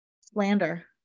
Slander